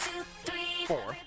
Four